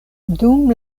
dum